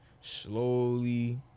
slowly